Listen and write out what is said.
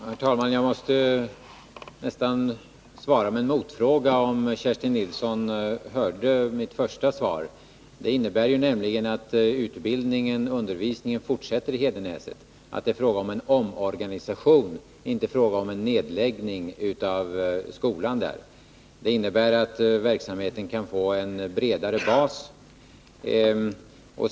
Herr talman! Jag måste nästan svara med motfrågan om Kerstin Nilsson hörde mitt första svar. Det innebar nämligen att undervisningen fortsätter i Hedenäset och att det är fråga om en omorganisation och inte om en nedläggning av skolan. Omorganisationen innebär att verksamheten kan få en bredare bas.